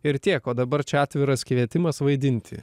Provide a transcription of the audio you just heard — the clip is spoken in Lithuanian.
ir tiek o dabar čia atviras kvietimas vaidinti